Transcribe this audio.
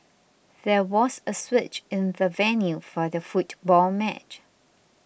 there was a switch in the venue for the football match